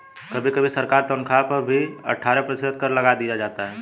कभी कभी सरकारी तन्ख्वाह पर भी अट्ठारह प्रतिशत कर लगा दिया जाता है